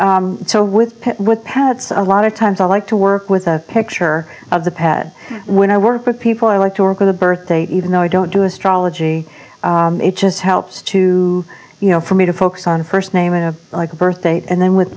and so with with parents a lot of times i like to work with a picture of the pad when i work with people i like to work with a birthday even though i don't do astrology it just helps to you know for me to focus on a first name a like a birth date and then with